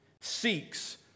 seeks